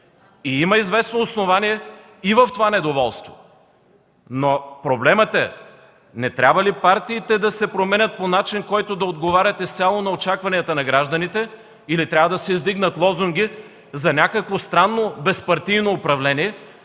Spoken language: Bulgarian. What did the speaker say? Има известно основание и в това недоволство. Проблемът е: не трябва ли партиите да се променят по начин, по който да отговарят изцяло на очакванията на гражданите, или трябва да се издигнат лозунги за някакво странно безпартийно управление,